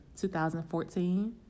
2014